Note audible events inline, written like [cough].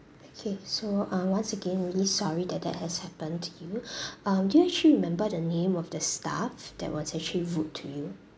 okay so uh once again really sorry that that has happened to you [breath] um do you actually remember the name of the staff that was actually rude to you